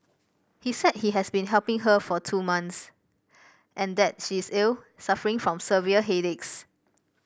he said he has been helping her for two months and that she is ill suffering from severe headaches